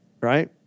Right